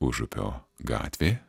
užupio gatvė